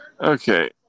Okay